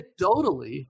Anecdotally